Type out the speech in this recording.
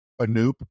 Anoop